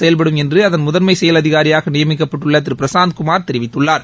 செயல்படும் என்று அதன் முதன்மை செயல் அதிகாரியாக நியமிக்கப்பட்டுள்ள திரு பிரசாந்த் முகார் தெரிவித்துள்ளார்